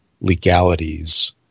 legalities